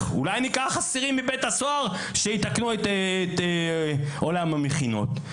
אולי ניקח אסירים מבית הסוהר כדי שיתקנו את עולם המכינות.